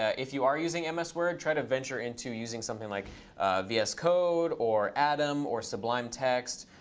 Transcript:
ah if you are using and ms word, try to venture into using something like vscode, or atom, or sublime text.